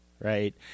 Right